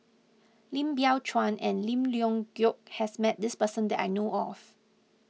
Lim Biow Chuan and Lim Leong Geok has met this person that I know of